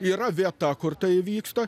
yra vieta kur tai vyksta